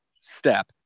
step